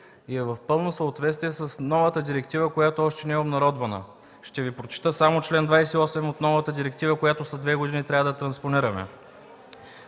и е в пълно съответствие с новата директива, която още не е обнародвана. Ще Ви прочета чл. 28 от новата директива, която трябва да транспонираме